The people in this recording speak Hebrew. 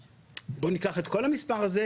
בוא ניקח את כל המספר הזה,